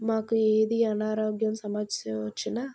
మాకు ఏది అనారోగ్యం సమస్య వచ్చిన